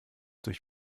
durch